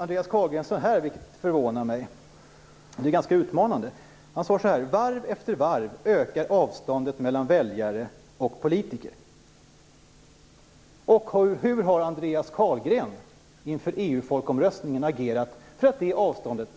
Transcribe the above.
Andreas Carlgren sade - vilket förvånar mig, eftersom det är ganska utmanande: Varv efter varv ökar avståndet mellan väljare och politiker. Men hur har Andreas Carlgren inför EU-folkomröstningen agerat för att minska det avståndet?